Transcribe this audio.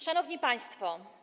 Szanowni Państwo!